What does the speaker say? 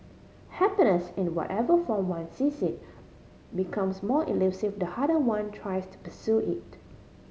happiness in whatever form one sees it becomes more elusive the harder one tries to pursue it